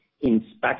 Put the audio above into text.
inspection